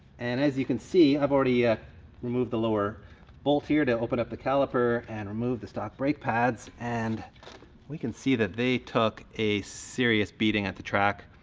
and as you can see, i've already ah removed the lower bolt here to open up the calliper and remove the stock brake pads. and we can see that they took a serious beating at the track.